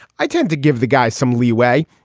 i tend to give the guys some leeway.